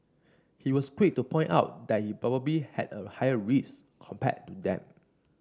he was quick to point out that he probably had a higher risk compared to them